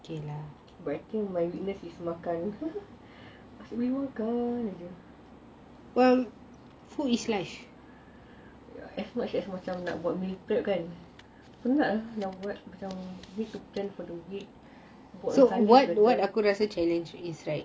but I think my weakness is makan asyik pergi makan jer as much as nak buat melipat kan macam need to plan for the week